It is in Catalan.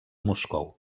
moscou